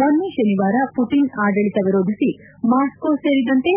ಮೊನ್ನೆ ಶನಿವಾರ ಪುಟನ್ ಆಡಳಿತ ವಿರೋಧಿಸಿ ಮಾಸ್ಕೋ ಸೇರಿದಂತೆ